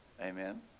Amen